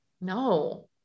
No